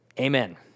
Amen